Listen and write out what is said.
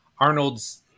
Arnold's